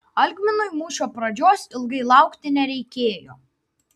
algminui mūšio pradžios ilgai laukti nereikėjo